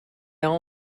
all